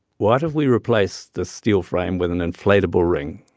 what if we replaced the steel frame with an inflatable ring,